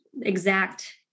exact